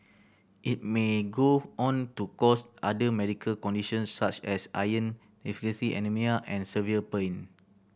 it may go on to cause other medical conditions such as iron deficiency anaemia and severe pain